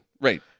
Right